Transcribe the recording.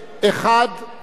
אחד נמנע.